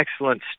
excellent